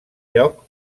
lloc